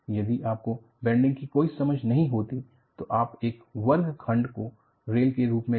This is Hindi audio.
यदि आपको बैंडिंग की कोई समझ नहीं होती तो आप एक वर्ग खंड को रेल के रूप में लेते